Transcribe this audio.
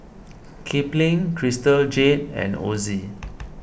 Kipling Crystal Jade and Ozi